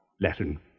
Latin